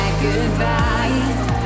Goodbye